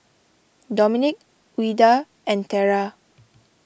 Dominic Ouida and Terra